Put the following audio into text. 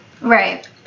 Right